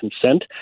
consent